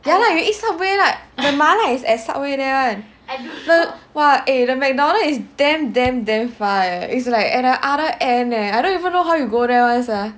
ya lah you eat Subway the 麻辣 is at Subway there [one] the !wah! eh the McDonald is damn damn damn far leh is like at the other end leh I don't even know how you go there [one] sia